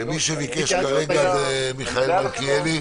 מי שביקש כרגע זה מיכאל מלכיאלי.